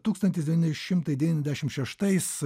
tūkstantis devyni šimtai devyniasdešimt šeštais